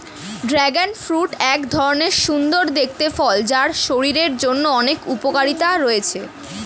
dragon fruit এক ধরণের সুন্দর দেখতে ফল যার শরীরের জন্য অনেক উপকারিতা রয়েছে